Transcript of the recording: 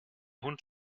hund